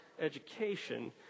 education